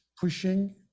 pushing